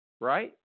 right